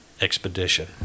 expedition